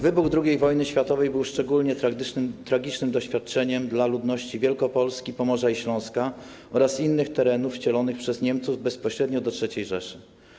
Wybuch II wojny światowej był szczególnie tragicznym doświadczeniem dla ludności Wielkopolski, Pomorza i Śląska oraz innych terenów wcielonych przez Niemców bezpośrednio do III Rzeszy.